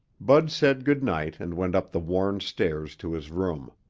bud said good night and went up the worn stairs to his room.